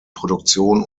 produktion